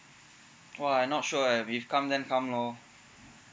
!wah! I not sure ah if come then come lor